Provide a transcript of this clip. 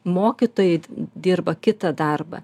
mokytojai dirba kitą darbą